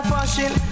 Fashion